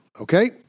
okay